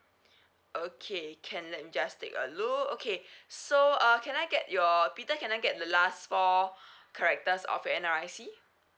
okay can let me just take a look okay so err can I get your peter can I get the last four characters of your N_R_I_C